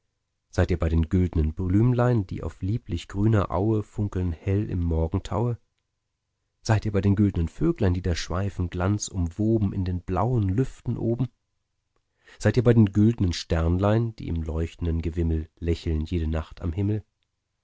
seid ihr bei den güldnen blümlein die auf lieblich grüner aue funkeln hell im morgentaue seid ihr bei den güldnen vöglein die da schweifen glanzumwoben in den blauen lüften oben seid ihr bei den güldnen sternlein die im leuchtenden gewimmel lächeln jede nacht am himmel